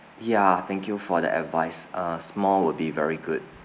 ya thank you for the advice uh small would be very good